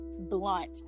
blunt